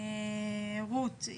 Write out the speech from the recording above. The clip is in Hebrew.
רות,